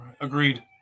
Agreed